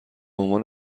عنوان